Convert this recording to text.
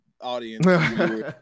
audience